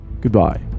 goodbye